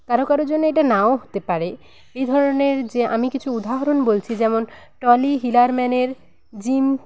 কারো কারো জন্য এটা নাও হতে পারে এই ধরনের যে আমি কিছু উদাহরণ বলছি যেমন টনি হিলারম্যানের জিম